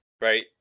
right